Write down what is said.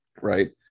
right